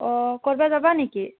অ' ক'ৰবাত যাবা নেকি